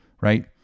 right